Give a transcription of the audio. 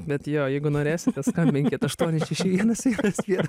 bet jo jeigu norėsite skambinkit aštuoni šeši vienas vienas vienas